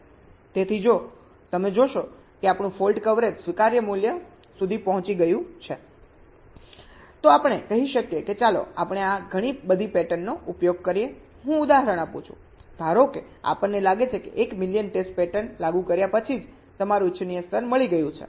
તેથી જો તમે જોશો કે આપણુ ફોલ્ટ કવરેજ સ્વીકાર્ય મૂલ્ય સુધી પહોંચી ગયું છે તો આપણે કહી શકીએ કે ચાલો આપણે આ ઘણી બધી પેટર્નનો ઉપયોગ કરીએ હું ઉદાહરણ આપું છું ધારો કે આપણને લાગે છે કે 1 મિલિયન ટેસ્ટ પેટર્ન લાગુ કર્યા પછી જ તમારું ઇચ્છનીય સ્તર મળી ગયું છે